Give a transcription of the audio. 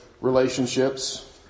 relationships